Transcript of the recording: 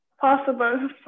possible